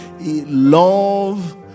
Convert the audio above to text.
love